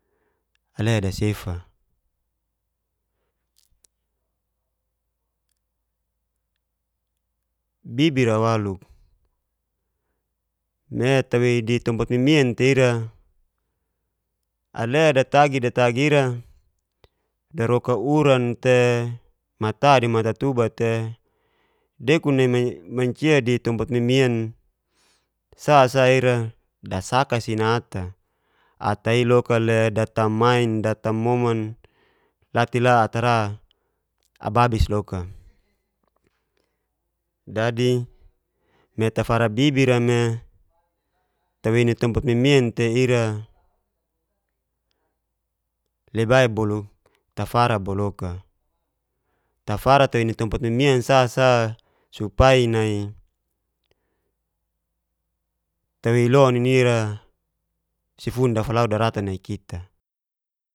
Ale dasefa, bibira waluk me ta tawei di tompat mimian tei ira ale datagi-datagi ira alea daroka uran te, mata di matutuba te, dekun nai mancia di tumpat mimian sa sa'ira dasaka si na'ata, ata'ia loka le datamain, datamoman late la atara ababis loka. Dadi me tafara bibira me tewei di tompat mimian tei ira lebai bolu tafara boloka, tafara tawei ni tompat mimian sa sa supai nai tewei ilu nini ira sifun dafalaru daratan nai kita.